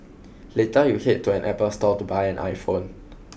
later you head to an Apple store to buy an iPhone